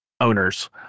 owners